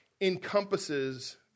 encompasses